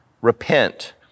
repent